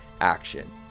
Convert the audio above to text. action